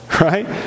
right